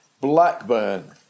Blackburn